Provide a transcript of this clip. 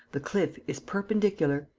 the cliff is perpendicular.